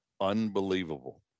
unbelievable